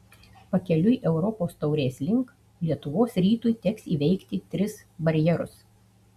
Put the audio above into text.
pakeliui europos taurės link lietuvos rytui teks įveikti tris barjerus